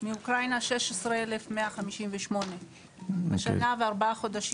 מאוקראינה 16,158. שנה וארבעה חודשים.